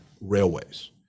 railways